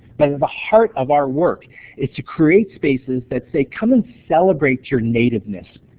but at the heart of our work is to create spaces that say, come and celebrate your nativeness.